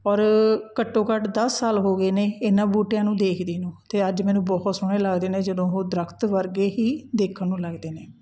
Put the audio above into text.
ਔਰ ਘੱਟੋ ਘੱਟ ਦਸ ਸਾਲ ਹੋ ਗਏ ਨੇ ਇਹਨਾਂ ਬੂਟਿਆਂ ਨੂੰ ਦੇਖਦੀ ਨੂੰ ਅਤੇ ਅੱਜ ਮੈਨੂੰ ਬਹੁਤ ਸੋਹਣੇ ਲੱਗਦੇ ਨੇ ਜਦੋਂ ਉਹ ਦਰਖ਼ਤ ਵਰਗੇ ਹੀ ਦੇਖਣ ਨੂੰ ਲੱਗਦੇ ਨੇ